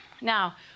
Now